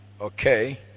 Okay